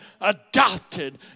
adopted